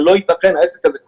זה לא יתכן כי העסק שלו קורס.